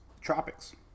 tropics